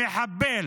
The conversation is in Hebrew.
המחבל,